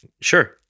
Sure